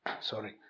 Sorry